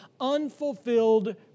unfulfilled